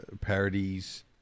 Parodies